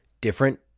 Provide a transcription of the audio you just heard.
different